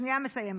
שנייה אני מסיימת.